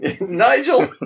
Nigel